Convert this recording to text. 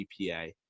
gpa